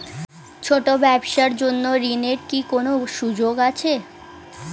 ছোট ব্যবসার জন্য ঋণ এর কি কোন সুযোগ আছে?